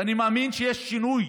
אני מאמין שיש שינוי